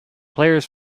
players